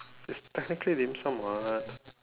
it's technically dim-sum [what]